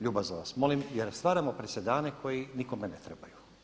Ljubazno vas molim jer stvaramo presedane koji nikome ne trebaju.